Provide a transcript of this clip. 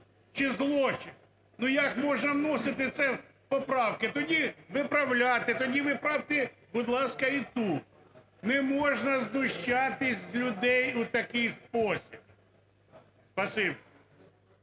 чи злочин? Ну як можна вносити це в поправки? Тоді виправляти, тоді виправте, будь ласка, і ту. Не можна знущатися з людей у такий спосіб.